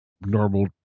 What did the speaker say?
normal